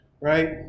right